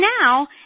now